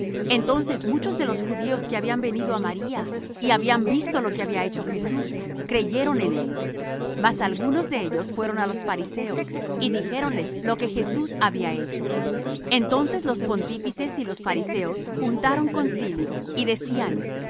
entonces muchos de los judíos que habían venido á maría y habían visto lo que había hecho jesús creyeron en él mas algunos de ellos fueron á los fariseos y dijéronles lo que jesús había hecho entonces los pontífices y los fariseos juntaron concilio y decían